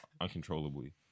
uncontrollably